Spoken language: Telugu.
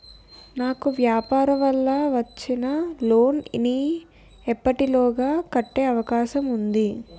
నాకు వ్యాపార వల్ల వచ్చిన లోన్ నీ ఎప్పటిలోగా కట్టే అవకాశం ఉంది?